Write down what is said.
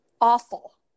awful